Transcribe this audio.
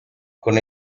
con